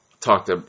talked